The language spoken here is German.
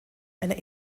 einer